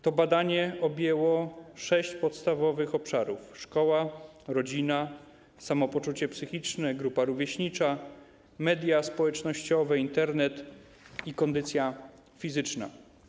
To badanie objęło sześć podstawowych obszarów: szkołę, rodzinę, samopoczucie psychiczne, grupę rówieśniczą, media społecznościowe, Internet i kondycję fizyczną.